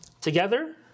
together